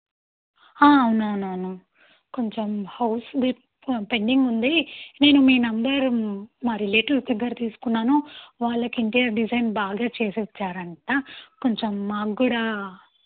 అవునవునవును కొంచం హౌస్ది పెండింగ్ ఉంది నేను మీ నెంబరు మా రేలేటివ్స్ దగ్గర తీసుకున్నాను వాళ్ళకి ఇంటీరియర్ డిజైన్ బాగా చేసిచ్చారంట కొంచం మాకు కూడా